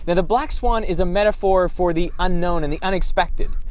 the the black swan is a metaphor for the unknown and the unexpected.